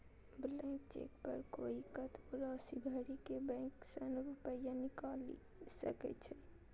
blank cheque पर कोइ कतबो राशि भरि के बैंक सं रुपैया निकालि सकै छै